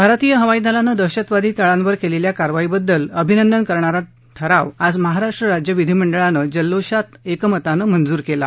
भारतीय हवाई दलानं दहशतवादी तळांवर केलेल्या कारवाईबद्दल अभिनंदन करणारा ठराव आज महारराष्ट्र राज्य विधिमंडळानं जल्लोषात एकमतानं मंजूर केला